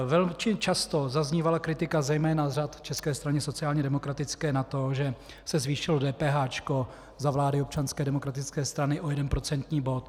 Velmi často zaznívala kritika zejména z řad České strany sociálně demokratické na to, že se zvýšilo DPH za vlády Občanské demokratické strany o 1 procentní bod.